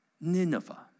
Nineveh